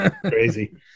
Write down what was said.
Crazy